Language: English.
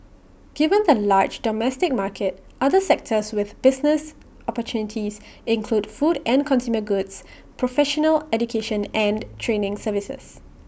given the large domestic market other sectors with business opportunities include food and consumer goods professional education and training services